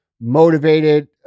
motivated